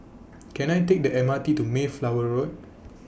Can I Take The M R T to Mayflower Road